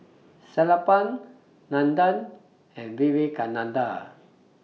Sellapan Nandan and Vivekananda